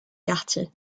quartier